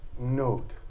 Note